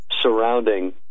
surrounding